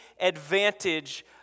advantage